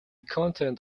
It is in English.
content